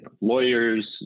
lawyers